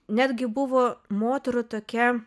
netgi buvo moterų tokia